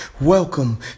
Welcome